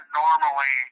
normally